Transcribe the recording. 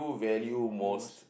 value most